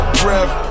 breath